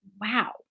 wow